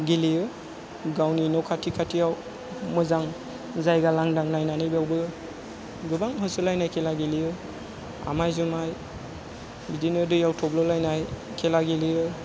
गेलेयो गावनि न' खाथि खाथियाव मोजां जायगा लांदां नायनानै बेयावबो गोबां होसोलायनाय खेला गेलेयो आमाय जुमाय बिदिनो दैयाव थब्ल'लायनाय खेला गेलेयो